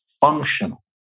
functional